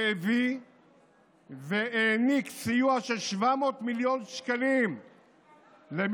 הביא והעניק סיוע של 700 מיליון שקלים למשפחות